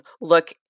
look